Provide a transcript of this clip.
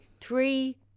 three